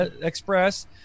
Express